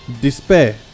despair